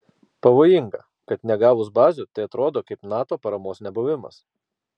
pavojinga kad negavus bazių tai atrodo kaip nato paramos nebuvimas